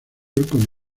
con